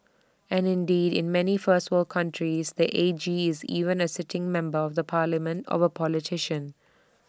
and indeed in many first world countries the A G is even A sitting member of the parliament or A politician